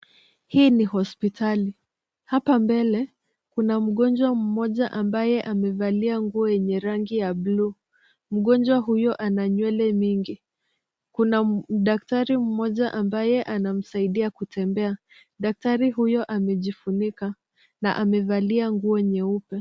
Hii ni hospitali. Hapa mbele, kuna mgonjwa mmoja ambaye amevalia nguo yenye rangi ya bluu. Mgonjwa huyo ana nywele mingi. Kuna daktari mmoja ambaye anamsaidia kutembea. Daktari huyo amejifunika na amevalia nguo nyeupe.